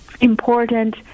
important